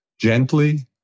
gently